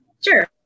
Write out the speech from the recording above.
Sure